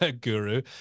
guru